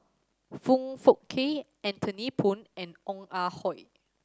Foong Fook Kay Anthony Poon and Ong Ah Hoi